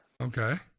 Okay